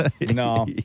No